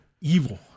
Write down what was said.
evil